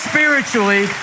spiritually